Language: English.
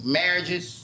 marriages